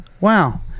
Wow